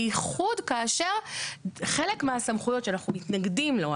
בייחוד כאשר חלק מהסמכויות שאנחנו מתנגדים לו,